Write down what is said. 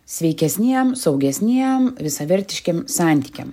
sveikesniem saugesniem visavertiškiem santykiam